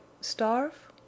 starve